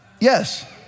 yes